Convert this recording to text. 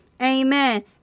Amen